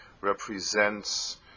represents